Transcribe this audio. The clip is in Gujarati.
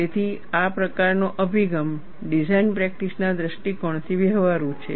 તેથી આ પ્રકારનો અભિગમ ડિઝાઇન પ્રેક્ટિસના દૃષ્ટિકોણથી વ્યવહારુ છે